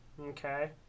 Okay